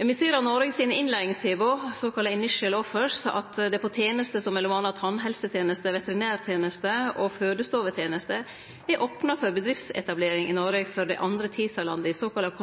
Me ser av Noreg sine innleiingstilbod, såkalla «initial offers», at det på tenester som m.a. tannhelsetenester, veterinærtenester og fødestovetenester er opna for bedriftsetablering i Noreg for dei andre Tisa-landa, dei såkalla